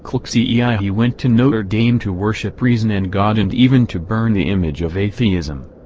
clxiii yeah he went to notre dame to worship reason and god and even to burn the image of atheism.